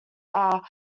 are